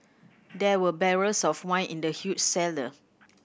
there were barrels of wine in the huge cellar